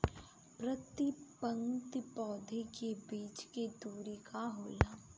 प्रति पंक्ति पौधे के बीच के दुरी का होला?